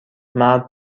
مرد